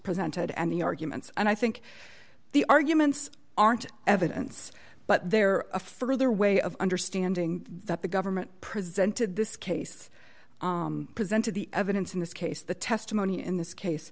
presented and the arguments and i think the arguments aren't evidence but there are a further way of understanding that the government presented this case presented the evidence in this case the testimony in this case